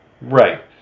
Right